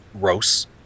gross